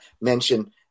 mention